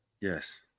Yes